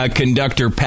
conductor